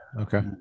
Okay